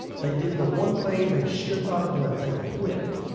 they did the one thing they should not have done, they quit.